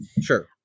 sure